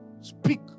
speak